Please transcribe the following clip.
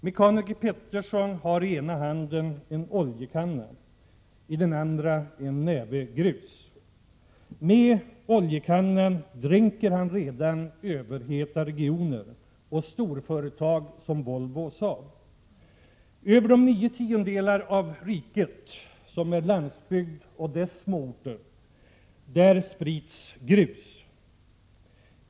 Mekaniker Peterson har i ena handen en oljekanna och i den andra en näve grus. Med oljekannan dränker han redan överheta regioner och storföretag som Volvo och Saab. I de nio tiondelar av riket som är landsbygd med småorter och centralorter sprids grus.